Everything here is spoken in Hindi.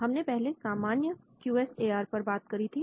हमने पहले सामान्य क्यू एस ए आर पर बात करी थी